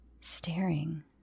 staring